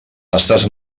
estàs